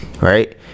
right